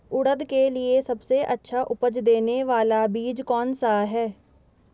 उड़द के लिए सबसे अच्छा उपज देने वाला बीज कौनसा है?